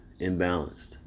imbalanced